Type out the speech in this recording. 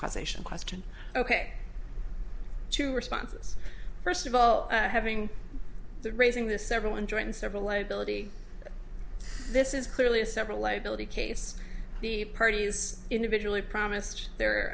causation question ok two responses first of all having the raising the several unjoined several liability this is clearly a several liability case the parties individually promised their